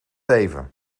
even